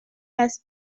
has